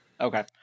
Okay